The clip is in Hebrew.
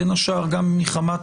בין השאר גם מחמת